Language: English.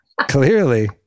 Clearly